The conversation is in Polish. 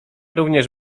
również